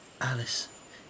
Alice